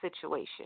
situation